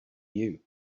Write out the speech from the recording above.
you